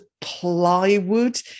plywood